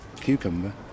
Cucumber